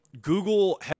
Google